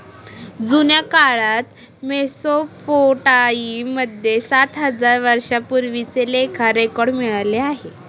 जुन्या काळात मेसोपोटामिया मध्ये सात हजार वर्षांपूर्वीचे लेखा रेकॉर्ड मिळाले आहे